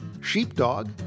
Sheepdog